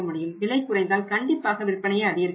விலை குறைந்தால் கண்டிப்பாக விற்பனையை அதிகரிக்க முடியும்